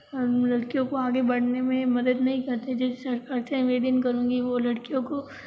हम लड़कियों को आगे बढ़ाने में मदद नहीं करते जैसे सरकार से निवेदन करूँगी वो लड़कियों को